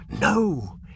No